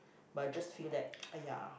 but I just feel that !aiya!